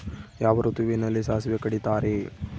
ಯಾವ ಋತುವಿನಲ್ಲಿ ಸಾಸಿವೆ ಕಡಿತಾರೆ?